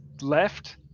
left